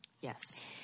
Yes